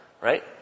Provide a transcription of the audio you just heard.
right